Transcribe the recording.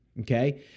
Okay